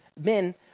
Men